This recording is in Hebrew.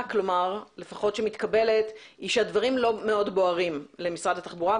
כלומר לפחות שמתקבלת היא שהדברים לא מאוד בוערים למשרד התחבורה,